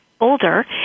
older